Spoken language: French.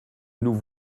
nous